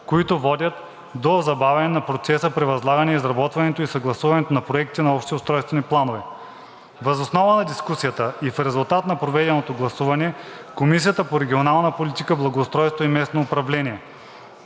които водят до забавяне на процеса при възлагане изработването и съгласуването на проектите на общи устройствени планове. Въз основа на дискусията и в резултат на проведеното гласуване Комисията по регионална политика, благоустройство и местно самоуправление: